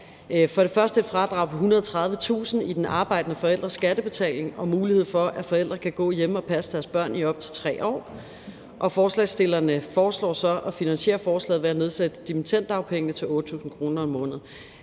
For det første foreslås et fradrag på 130.000 kr. i den arbejdende forælders skattebetaling og mulighed for, at forældre kan gå hjemme og passe deres børn i op til 3 år. Forslagsstillerne foreslår så at finansiere forslaget ved at nedsætte dimittenddagpengene til 8.000 kr. om måneden.